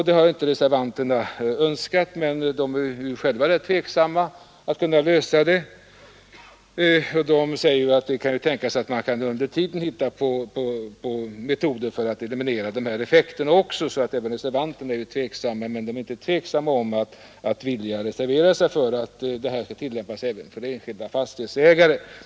Det har inte reservanterna velat göra, men de är själva rätt tveksamma om att kunna lösa problemet. De säger att det kan tänkas att man under tiden hittar på metoder för att eliminera den här effekten. Även reservanterna är alltså tveksamma, men de är inte tveksamma om att vilja reservera sig för att de här lånemöjligheterna skall stå öppna även för enskilda fastighetsägare.